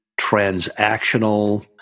transactional